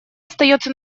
остается